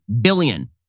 billion